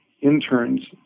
interns